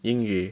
英语